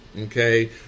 okay